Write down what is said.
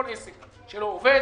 כל עסק שלא עובד